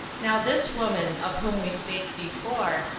now this woman, of whom we spake before,